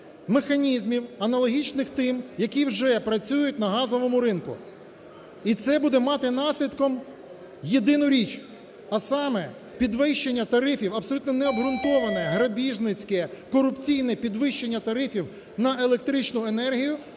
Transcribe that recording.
механізмів аналогічних тим, які вже працюють на газовому ринку. І це буде мати наслідком єдину річ, а саме, підвищення тарифів абсолютно необґрунтоване, грабіжницьке, корупційне підвищення тарифів на електричну енергію